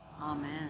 Amen